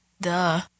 Duh